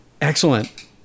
Excellent